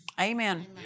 Amen